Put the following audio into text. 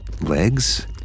Legs